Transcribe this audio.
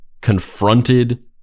confronted